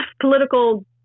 political